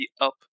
up